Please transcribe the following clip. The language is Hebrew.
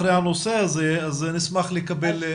בשמחה רבה.